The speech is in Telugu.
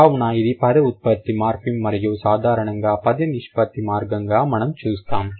కావున ఇది పద ఉత్పత్తి మార్ఫిమ్ మరియు సాధారణంగా పద నిష్పత్తి మార్గంగా మనం చూస్తాం